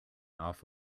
off